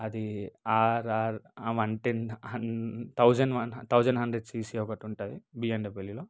అది RR one ten hundred thousand one thousand one hundred CC ఒకటి ఉంటుంది బీఎండబ్ల్యూలో